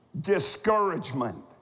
Discouragement